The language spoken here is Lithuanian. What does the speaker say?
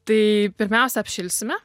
tai pirmiausia apšilsime